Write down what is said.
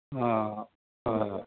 অঁ হয় হয়